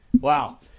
Wow